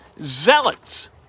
zealots